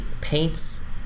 paints